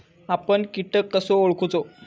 आपन कीटक कसो ओळखूचो?